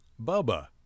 Bubba